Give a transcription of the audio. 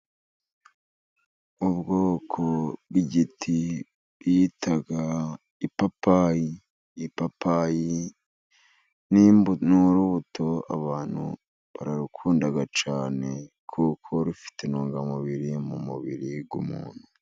Ubwoko bw'igiti bita ipapayi, ipapayi n'urubuto abantu bakunda cyane kuko rufite intungamubiri mu mubiri w'umuntu.